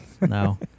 No